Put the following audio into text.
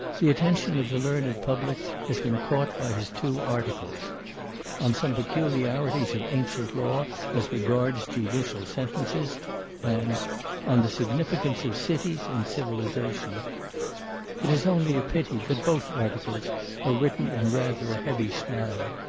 the attention of the learned public has been caught by his two articles on some peculiarities of ancient law as regards judicial sentences and on the significance of cities in civilisation it is only a pity that both articles are written in rather a heavy style,